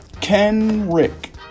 Kenrick